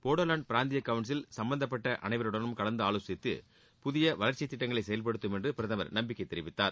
போடோலாந் பிராந்திய கவுன்சில் சம்பந்தப்பட்ட அனைவருடனும் கலந்து ஆலோசித்து புதிய வளர்ச்சித் திட்டங்களை செயல்படுத்தும் என்று பிரதமர் நம்பிக்கை தெரிவித்தார்